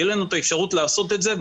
שתהיה לנו את האפשרות לעשות את זה,